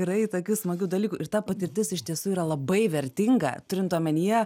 yra ir tokių smagių dalykų ir ta patirtis iš tiesų yra labai vertinga turint omenyje